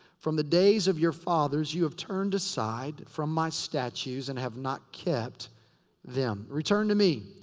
from the days of your fathers you have turned aside from my statutes and have not kept them. return to me,